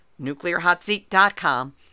NuclearHotSeat.com